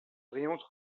brillante